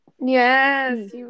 Yes